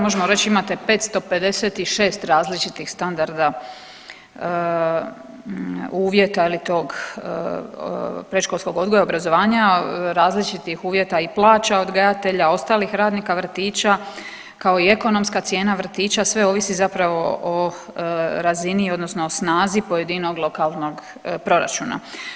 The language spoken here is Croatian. Možemo reći imate 556 različitih standarda uvjeta tog predškolskog odgoja i obrazovanja, različitih uvjeta i plaća odgajatelja, ostalih radnika vrtića kao i ekonomska cijena vrtića sve ovisi zapravo o razini odnosno snazi pojedinog lokalnog proračuna.